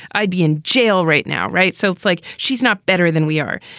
i'd be in jail right now. right. so it's like she's not better than we are.